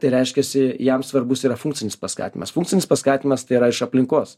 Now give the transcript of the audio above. tai reiškiasi jam svarbus yra funkcinis paskatinimas funkcinis paskatinimas tai yra iš aplinkos